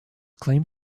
claimed